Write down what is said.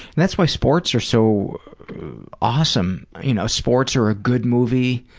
that's why sports are so awesome. you know, sports or a good movie,